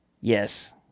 yes